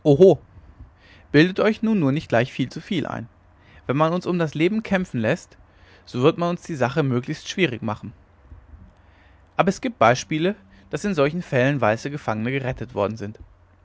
bildet euch nun nur nicht gleich zu viel ein wenn man uns um das leben kämpfen läßt so wird man uns die sache möglichst schwierig machen aber es gibt beispiele daß in solchen fällen weiße gefangene gerettet worden sind